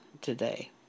today